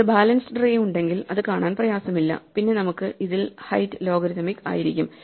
നമുക്ക് ഒരു balanced tree ഉണ്ടെങ്കിൽ അത് കാണാൻ പ്രയാസമില്ല പിന്നെ നമുക്ക് ഇതിൽ ഹൈറ്റ് ലോഗരിഥമിക് ആയിരിക്കും